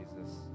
Jesus